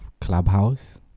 Clubhouse